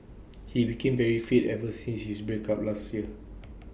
he became very fit ever since his break up last year